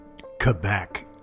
Quebec